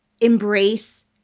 embrace